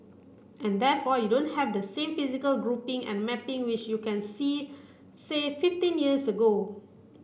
and therefore you don't have the same physical grouping and mapping which you can see say fifteen years ago